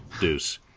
deuce